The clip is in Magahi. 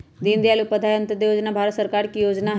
दीनदयाल उपाध्याय अंत्योदय जोजना भारत सरकार के जोजना हइ